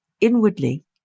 inwardly